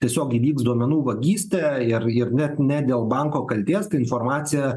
tiesiog įvyks duomenų vagystė ir ir net ne dėl banko kaltės ta informacija